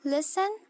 Listen